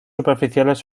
superficiales